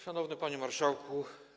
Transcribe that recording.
Szanowny Panie Marszałku!